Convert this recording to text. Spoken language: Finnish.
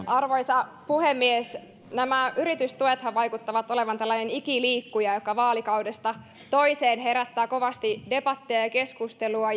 arvoisa puhemies nämä yritystuet vaikuttavat olevan tällainen ikiliikkuja joka vaalikaudesta toiseen herättää kovasti debattia ja keskustelua